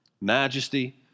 majesty